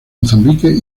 mozambique